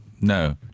No